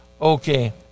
Okay